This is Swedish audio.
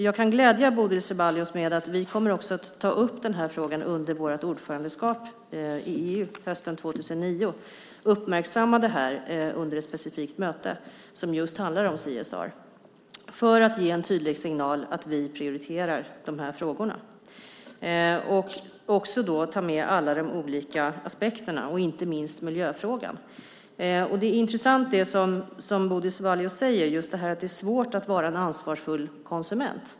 Jag kan glädja Bodil Ceballos med att vi också kommer att ta upp den här frågan under vårt ordförandeskap i EU hösten 2009 och uppmärksamma det här under ett specifikt möte som just handlar om CSR för att ge en tydlig signal att vi prioriterar de här frågorna. Vi ska då också ta med alla de olika aspekterna och inte minst miljöfrågan. Det är intressant som Bodil Ceballos säger att det är svårt att vara en ansvarsfull konsument.